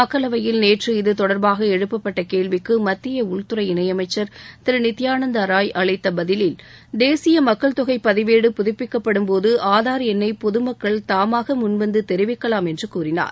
மக்களவையில் நேற்று இதுதொடர்பாக எழுப்பப்பட்ட கேள்விக்கு மத்திய உள்துறை இணையமைச்சர் திரு நித்யானந்தா ராய் அளித்த பதிலில் தேசிய மக்கள்தொகை பதிவேடு புதுப்பிக்கப்படும்போது ஆதார் எண்ணை பொதுமக்கள் தாமாக முன்வந்து தெிவிக்கலாம் என்று கூறினார்